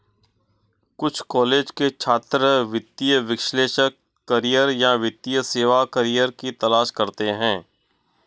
कुछ कॉलेज के छात्र वित्तीय विश्लेषक करियर या वित्तीय सेवा करियर की तलाश करते है